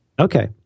Okay